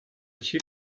chip